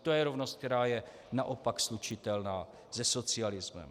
To je rovnost, která je naopak slučitelná se socialismem.